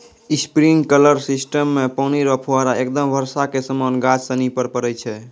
sprinkler system मे पानी रो फुहारा एकदम बर्षा के समान गाछ सनि पर पड़ै छै